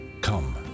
come